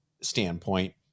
standpoint